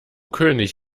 könig